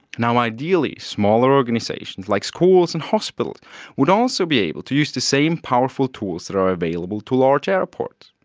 and um ideally smaller organisations like schools and hospitals would also be able to use the same powerful tools that are available to large airports.